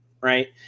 right